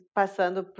passando